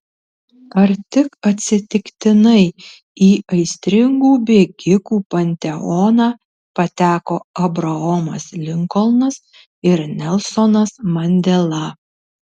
ar tik atsitiktinai į aistringų bėgikų panteoną pateko abraomas linkolnas ir nelsonas mandela